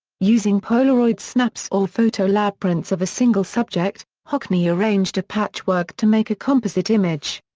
using polaroid snaps or photolab-prints of a single subject, hockney arranged a patchwork to make a composite image.